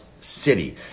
city